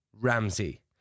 Ramsey